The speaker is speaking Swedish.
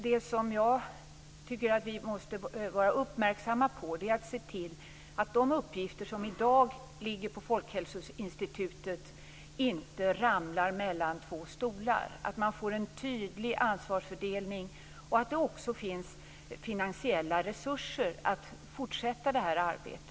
Det som jag tycker att vi måste vara uppmärksamma på är att de uppgifter som i dag ligger på Folkhälsoinstitutet inte ramlar mellan två stolar, att man får en tydlig ansvarsfördelning och att det även finns finansiella resurser till att fortsätta detta arbete.